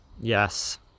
Yes